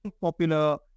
popular